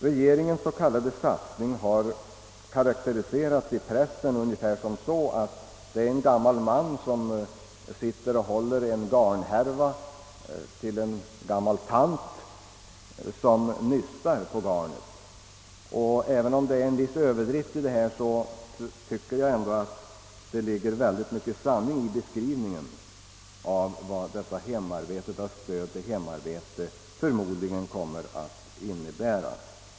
Regeringens s.k. satsning har i pressen liknats vid en gammal man som sitter och håller en garnhärva åt en gammal tant, som nystar på garnet. Även om det är en viss överdrift, ligger det mycket av sanning i beskrivningen av vad detta stöd till hemarbete förmodligen kommer att innebära.